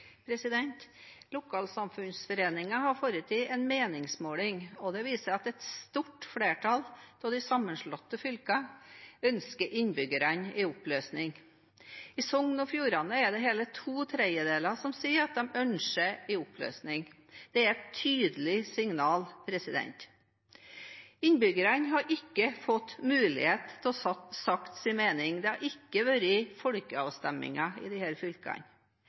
har foretatt en meningsmåling, og den viser at i et stort flertall av de sammenslåtte fylkene ønsker innbyggerne en oppløsning. I Sogn og Fjordane er det hele to tredjedeler som sier at de ønsker en oppløsning. Det er et tydelig signal. Innbyggerne har ikke fått mulighet til å si sin mening. Det har ikke vært folkeavstemninger i disse fylkene. Et stort flertall av innbyggerne sier også at de